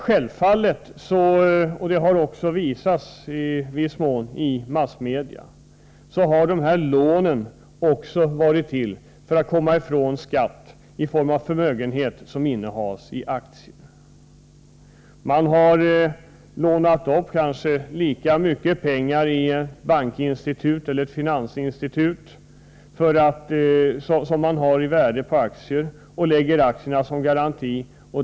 Självfallet har de här lånen — det har också visats i viss mån i massmedia — varit till för att man skall kunna komma ifrån skatt på förmögenhet som innehas i aktier. Man har lånat upp kanske lika mycket pengar i finansinstitut som aktierna är värda och lagt aktierna som garanti.